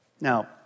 Now